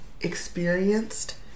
experienced